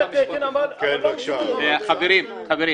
חברים,